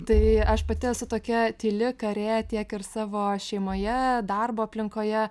tai aš pati esu tokia tyli karė tiek ir savo šeimoje darbo aplinkoje